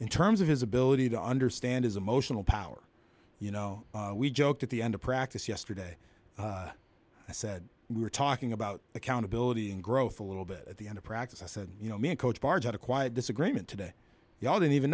in terms of his ability to understand his emotional power you know we joked at the end of practice yesterday i said we were talking about accountability and growth a little bit at the end of practice i said you know me and coach bard had a quiet disagreement today the i didn't even